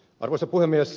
arvoisa puhemies